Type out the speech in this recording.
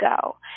go